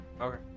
Okay